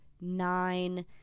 nine